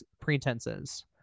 pretenses